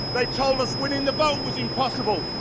they told us winning the vote was impossible.